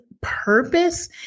purpose